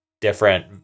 different